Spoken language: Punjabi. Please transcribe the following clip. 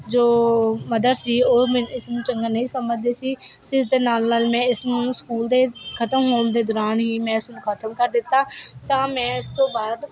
ਜੋ ਮਦਰ ਸੀ ਉਹ ਇਸ ਨੂੰ ਚੰਗਾ ਨਹੀਂ ਸਮਝਦੇ ਸੀ ਤਾਂ ਇਸ ਦੇ ਨਾਲ ਨਾਲ ਮੈਂ ਇਸ ਨੂੰ ਸਕੂਲ ਦੇ ਖ਼ਤਮ ਹੋਣ ਦੇ ਦੌਰਾਨ ਹੀ ਮੈਂ ਇਸਨੂੰ ਖ਼ਤਮ ਕਰ ਦਿੱਤਾ ਤਾਂ ਮੈਂ ਇਸ ਤੋਂ ਬਾਅਦ